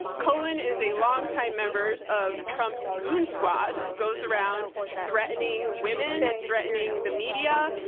cohen is a longtime members of trump's goon squad who goes around threatening women, threatening the media.